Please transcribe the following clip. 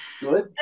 good